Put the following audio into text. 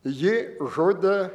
ji žudė